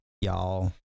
y'all